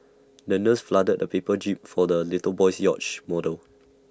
the nurse folded A paper jib for the little boy's yacht model